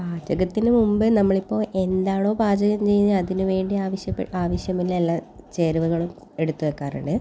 പാചകത്തിന് മുൻപ് നമ്മളിപ്പോൾ എന്താണോ പാചകം ചെയ്യുന്നത് അതിനു വേണ്ടി ആവശ്യപ്പെട്ട ആവശ്യമുള്ള എല്ലാ ചേരുവകളും എടുത്ത് വെക്കാറുണ്ട്